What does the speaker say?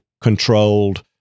controlled